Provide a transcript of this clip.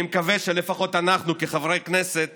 אני מקווה שלפחות אנחנו כחברי כנסת